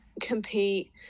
compete